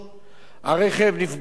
והרכב נפגע קשות.